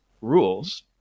rules